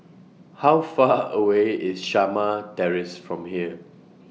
How Far away IS Shamah Terrace from here